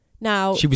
Now